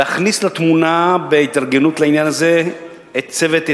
להכניס לתמונה בהתארגנות לעניין הזה את צוות,